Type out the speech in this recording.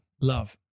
Love